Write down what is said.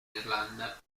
irlanda